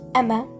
emma